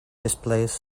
displays